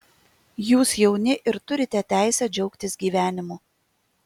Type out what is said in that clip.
jūs jauni ir turite teisę džiaugtis gyvenimu